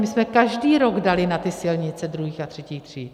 My jsme každý rok dali na ty silnice druhých a třetích tříd.